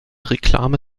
reklame